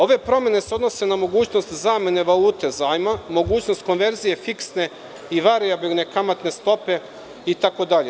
Ove promene se odnose na mogućnost zamene valute zajma, mogućnost konverzije fiksne i varijabilne kamatne stope itd.